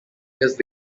years